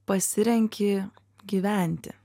pasirenki gyventi